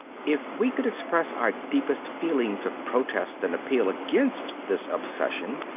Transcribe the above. if we could express our deepest feelings of protest and appeal against this obsession,